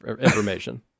information